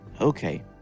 Okay